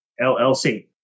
LLC